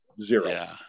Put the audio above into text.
Zero